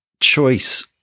choice